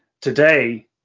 today